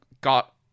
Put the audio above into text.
Got